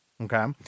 Okay